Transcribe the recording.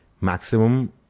maximum